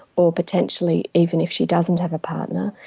or potentially even if she doesn't have a partner,